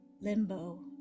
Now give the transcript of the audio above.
Limbo